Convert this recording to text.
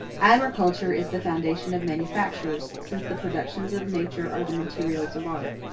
agriculture is the foundation of manufactures since the productions of nature are the materials of art.